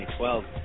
2012